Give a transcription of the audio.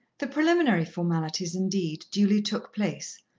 the preliminary formalities, indeed, duly took place,